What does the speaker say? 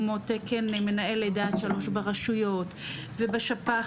כמו תקן מנהל לידה עד שלוש ברשויות ובשפ"חים